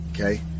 Okay